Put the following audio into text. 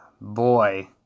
Boy